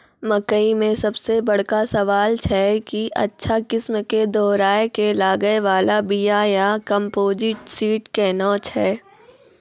मकई मे सबसे बड़का सवाल छैय कि अच्छा किस्म के दोहराय के लागे वाला बिया या कम्पोजिट सीड कैहनो छैय?